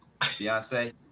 beyonce